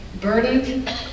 burdened